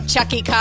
Chucky